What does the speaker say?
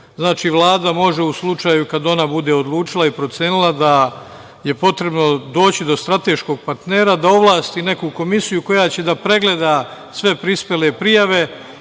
Znači, Vlada može, u slučaju kad ona bude odlučila i procenila da je potrebno doći do strateškog partnera, da ovlasti neku komisiju koja će da pregleda sve prispele prijave